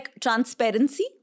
transparency